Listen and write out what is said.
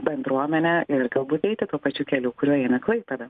bendruomenę ir galbūt eiti tuo pačiu keliu kuriuo eina klaipėda